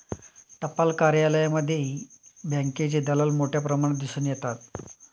टपाल कार्यालयांमध्येही बँकेचे दलाल मोठ्या प्रमाणात दिसून येतात